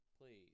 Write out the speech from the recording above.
Please